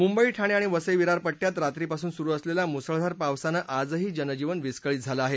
मुंबई ठाणे आणि वसई विरार पट्ट्यात रात्रीपासून सुरू असलेल्या मुसळधार पावसानं आजही जनजीवन विस्कळीत झालं आहे